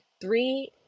three